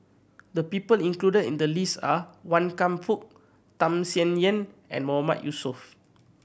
the people included in the list are Wan Kam Fook Tham Sien Yen and Mahmood Yusof